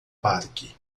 parque